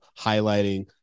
highlighting